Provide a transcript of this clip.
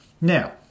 Now